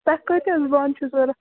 تۄہہِ کۭتیٛاہ حظ بانہٕ چھُو ضوٚرَتھ